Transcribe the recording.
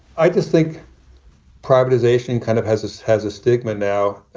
i just think privatization kind of has this has a stigma now.